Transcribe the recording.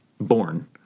born